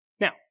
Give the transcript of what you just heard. Now